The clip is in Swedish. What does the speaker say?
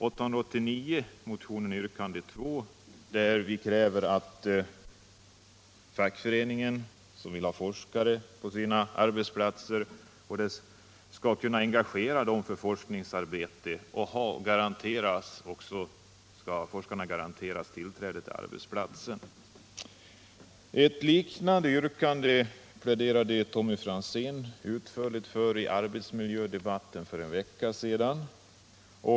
I motionen 889, yrkande 2, kräver vi att en fackförening, som vill ha forskare på sin arbetsplats, skall kunna engagera dem för forskningsarbete och att forskarna skall garanteras tillträde till arbetsplatsen. Ett liknande yrkande pläderade Tommy Franzén utförligt för i arbetsmiljödebatten för en vecka sedan.